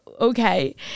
okay